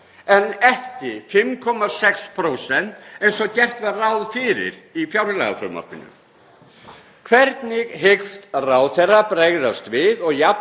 en ekki 5,6%, eins og gert var ráð fyrir í fjárlagafrumvarpinu. Hvernig hyggst ráðherra bregðast við og jafna